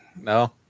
No